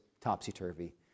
topsy-turvy